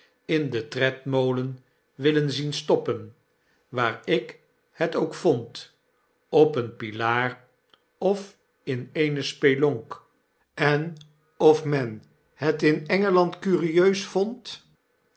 in den tredmolenwillen zien stoppen waar ik het ook vond op een pilaar of in eene spelonk en of men het in e n